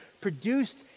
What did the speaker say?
produced